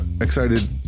excited